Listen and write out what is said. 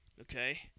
Okay